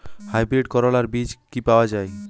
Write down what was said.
Hybrid করলার বীজ কি পাওয়া যায়?